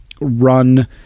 run